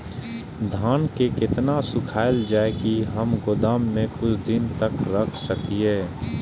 धान के केतना सुखायल जाय की हम गोदाम में कुछ दिन तक रख सकिए?